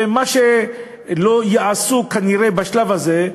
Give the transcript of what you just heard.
ומה שלא יעשו בשלב הזה,